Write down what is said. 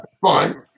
Fine